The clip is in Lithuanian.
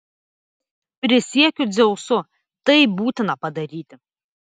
prisiekiu dzeusu tai būtina padaryti